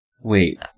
Wait